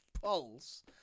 pulse